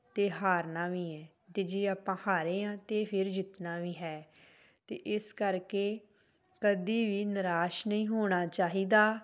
ਅਤੇ ਹਾਰਨਾ ਵੀ ਹੈ ਅਤੇ ਜੇ ਆਪਾਂ ਹਾਰੇ ਹਾਂ ਅਤੇ ਫਿਰ ਜਿੱਤਣਾ ਵੀ ਹੈ ਅਤੇ ਇਸ ਕਰਕੇ ਕਦੇ ਵੀ ਨਿਰਾਸ਼ ਨਹੀਂ ਹੋਣਾ ਚਾਹੀਦਾ